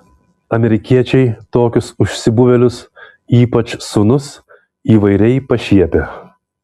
amerikiečiai tokius užsibuvėlius ypač sūnus įvairiai pašiepia